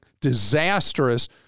disastrous